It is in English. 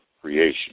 creation